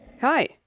Hi